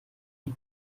die